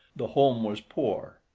the home was poor,